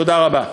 תודה רבה.